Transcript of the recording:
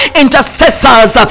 intercessors